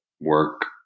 work